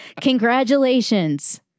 Congratulations